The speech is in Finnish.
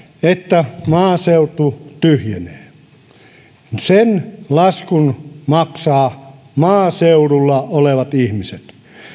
että maaseutu tyhjenee ja sen laskun maksavat maaseudulla olevat ihmiset